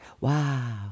Wow